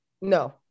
no